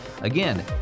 again